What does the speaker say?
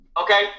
Okay